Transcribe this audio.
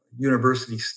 University